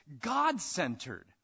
God-centered